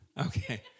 okay